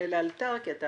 תושעה לאלתר כי אתה